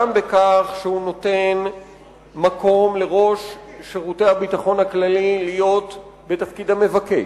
גם בכך שהוא נותן מקום לראש שירותי הביטחון הכללי להיות בתפקיד המבקש,